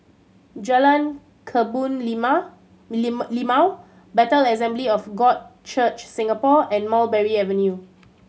Jalan Kebun Limau Lim Limau Bethel Assembly of God Church Singapore and Mulberry Avenue